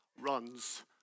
runs